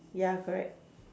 ya correct